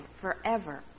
forever